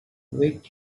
wait